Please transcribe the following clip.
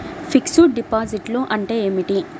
Fixed డిపాజిట్లు అంటే ఏమిటి?